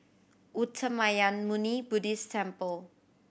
Uttamayanmuni Buddhist Temple